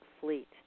fleet